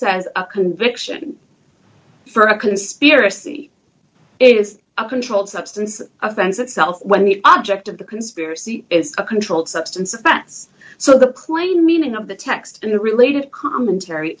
says a conviction for a conspiracy is a controlled substance offense itself when the object of the conspiracy is a controlled substance of paths so the klein meaning of the text and related commentary